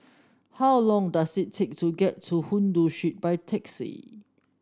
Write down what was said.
how long does it take to get to Hindoo by taxi